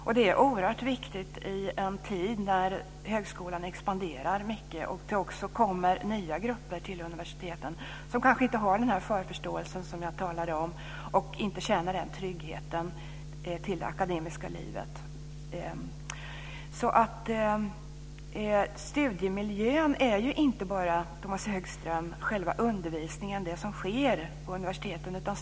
Detta är oerhört viktigt i en tid när högskolan expanderar mycket och det kommer nya grupper till universiteten som kanske inte har den här förförståelsen som jag talar om och inte heller tryggheten i det akademiska livet. Studiemiljön är inte bara, Tomas Högström, själva undervisningen, det som sker på universiteten.